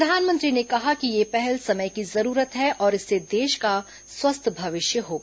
प्रधानमंत्री ने कहा कि ये पहल समय की जरूरत है और इससे देश का स्वस्थ भविष्य होगा